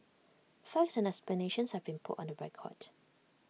facts and explanations have been put on the record